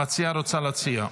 המציעה רוצה להציע.